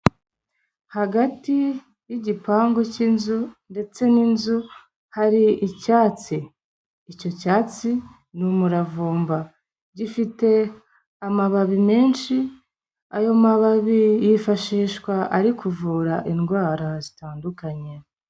Hagati y'igipangu cy'inzu ndetse n'inzu, hari icyatsi. Icyo cyatsi ni umuravumba. Gifite amababi menshi, ayo mababi yifashishwa ari kuvura indwara zitandukanye.